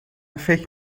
فکر